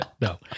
No